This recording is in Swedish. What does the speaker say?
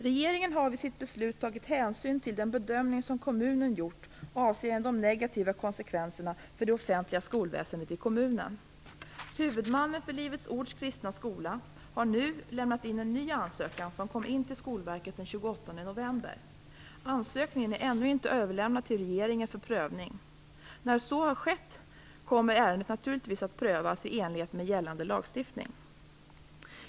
Regeringen har vid sitt beslut tagit hänsyn till den bedömning som kommunen gjort avseende de negativa konsekvenserna för det offentliga skolväsendet i kommunen. Huvudmannen för Livets Ords Kristna Gymnasium har nu lämnat in en ny ansökning som kom in till Skolverket den 28 november. Ansökningen är ännu inte överlämnad till regeringen för prövning. När så har skett kommer ärendet naturligtvis att prövas i enlighet med gällande lagstiftning.